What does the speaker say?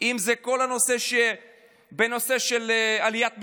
אם זה בנושא של עליית מחירים,